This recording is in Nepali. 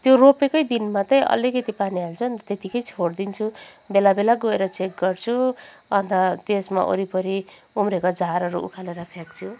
त्यो रोपेकै दिन मात्रै अलिकति पानी हाल्छु अन्त त्यत्तिकै छोडिदिन्छु बेला बेला गएर चेक गर्छु अन्त त्यसमा वरिपरि उम्रेको झारहरू उखालेर फ्याँक्छु